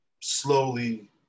slowly